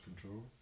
control